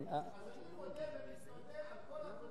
אז אני מודה ומתוודה על כל הקודמים שעשו לא בסדר.